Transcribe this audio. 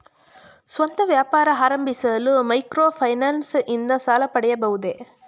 ಸ್ವಂತ ವ್ಯಾಪಾರ ಆರಂಭಿಸಲು ಮೈಕ್ರೋ ಫೈನಾನ್ಸ್ ಇಂದ ಸಾಲ ಪಡೆಯಬಹುದೇ?